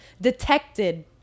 detected